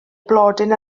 blodyn